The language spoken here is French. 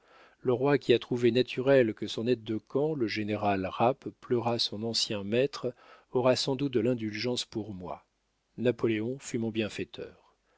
le roi qui a trouvé naturel que son aide-de-camp le général rapp pleurât son ancien maître aura sans doute de l'indulgence pour moi napoléon fut mon bienfaiteur